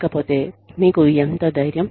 లేకపోతే మీకు ఎంత ధైర్యం